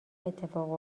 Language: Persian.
اتفاق